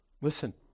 Listen